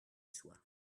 soit